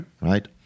Right